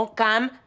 come